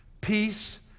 peace